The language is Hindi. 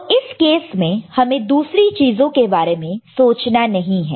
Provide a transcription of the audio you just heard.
तो इस केस में हमें दूसरी चीजों के बारे में सोचना नहीं है